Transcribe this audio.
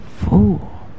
fool